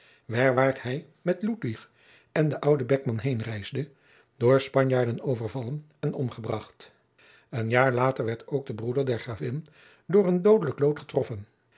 werwaart hij met ludwig en den ouden beckman heenreisde door spanjaarden overvallen en omgebracht een jaar later werd ook de broeder der gravin door een doodelijk lood getroffen